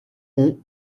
ont